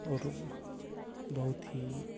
और बहुत ही